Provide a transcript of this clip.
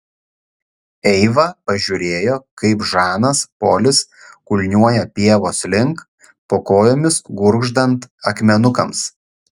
eiva pažiūrėjo kaip žanas polis kulniuoja pievos link po kojomis gurgždant akmenukams